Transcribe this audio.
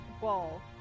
wall